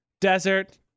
desert